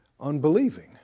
unbelieving